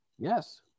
Yes